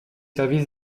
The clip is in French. services